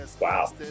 Wow